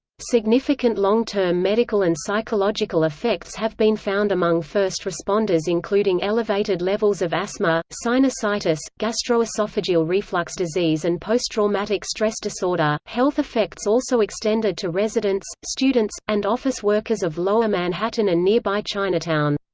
significant long term medical and psychological effects have been found among first responders including elevated levels of asthma, sinusitis, gastroesophageal reflux disease and posttraumatic stress disorder health effects also extended to residents, students, and office workers of lower manhattan and nearby chinatown.